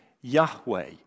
Yahweh